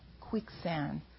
quicksand